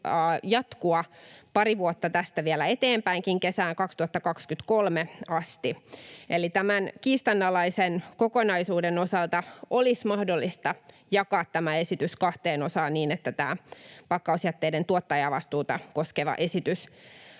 jatkua pari vuotta tästä vielä eteenpäinkin, kesään 2023 asti. Eli tämän kiistanalaisen kokonaisuuden osalta olisi mahdollista jakaa tämä esitys kahteen osaan niin, että tämä pakkausjätteiden tuottajavastuuta koskeva esitys